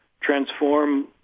transform